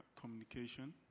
communication